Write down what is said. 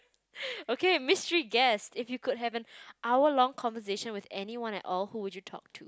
okay mystery guess if you could have an hour long conversation with anyone at all who would you talk to